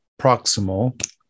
proximal